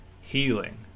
healing